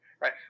Right